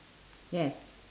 yes